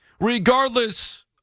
regardless